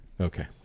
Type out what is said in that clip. Okay